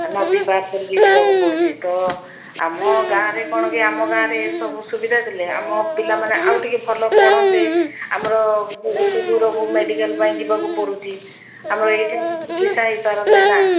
ଆଉ ନଦୀ ପାର କରିକି ଯିବାକୁ ପଡ଼ୁଛି ତ ଆମ ଗାଁରେ କ'ଣ କି ଆମ ଗାଁରେ ଏସବୁ ସୁବିଧା ଥିଲେ ଆମ ପିଲାମାନେ ଆଉ ଟିକେ ଭଲ ପଢ଼ନ୍ତେ ଆମର ଯେଉଁ ଏତେ ଦୂରକୁ ମେଡିକାଲ୍ ପାଇଁ ଯିବାକୁ ପଡ଼ୁଛି ଆମର ଏଇଠି ଆମ ଚିକିତ୍ସା ହେଇପାରନ୍ତେ ନା